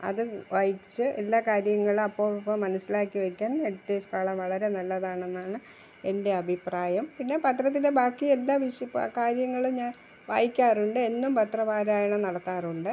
അത് വായിച്ച് എല്ലാ കാര്യങ്ങളും അപ്പപ്പോൾ മനസിലാക്കി വയ്ക്കാൻ എഡിറ്റേഴ്സ് കോളം വളരെ നല്ലതാണെന്നാണ് എൻ്റെ അഭിപ്രായം പിന്നെ പത്രത്തിലെ ബാക്കി എല്ലാ കാര്യങ്ങളും ഞാൻ വായിക്കാറുണ്ട് എന്നും പത്രപാരായണം നടത്താറുണ്ട്